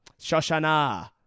Shoshana